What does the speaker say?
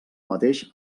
mateix